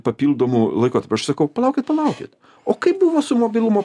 papildomų laiku aš sakau palaukit palaukit o kaip buvo su mobilumo